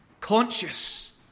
conscious